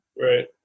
Right